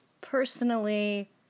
personally